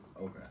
Okay